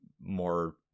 more